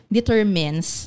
determines